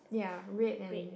ya red and